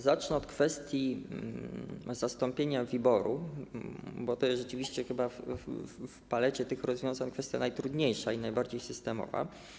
Zacznę od kwestii zastąpienia WIBOR-u, bo to jest rzeczywiście chyba w palecie tych rozwiązań kwestia najtrudniejsza i najbardziej systemowa.